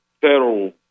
federal